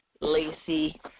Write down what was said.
Lacey